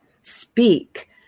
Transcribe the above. speak